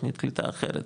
תוכנית קליטה אחרת,